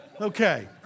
Okay